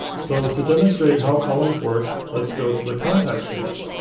so to demonstrate how columns work, let's go to the contact page.